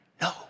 No